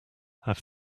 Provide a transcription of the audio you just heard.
have